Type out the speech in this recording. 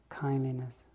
kindliness